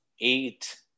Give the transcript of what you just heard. eight